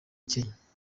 kenya